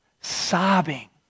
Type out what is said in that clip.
Sobbing